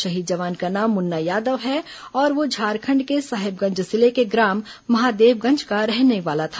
शहीद जवान का नाम मुन्ना यादव है और वह झारखंड के साहेबगंज जिले के ग्राम महादेवगंज का रहने वाला था